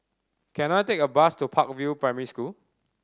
can I take a bus to Park View Primary School